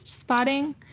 Spotting